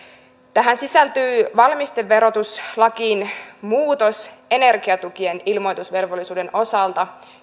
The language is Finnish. tähän sisältyy valmisteverotuslakiin muutos energiatukien ilmoitusvelvollisuuden osalta